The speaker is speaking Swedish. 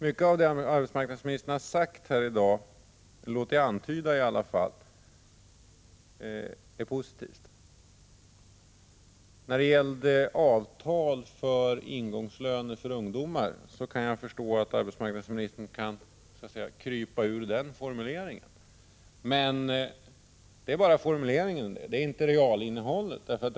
Mycket av det som arbetsmarknadsministern här har sagt — eller i varje fall antytt — är positivt. När det gäller avtal om ungdomars ingångslöner kan jag förstå att arbetsmarknadsministern kan ha behov av att krypa bort från sin tidigare formulering. Men det gäller bara formuleringen, inte realinnehållet.